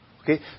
Okay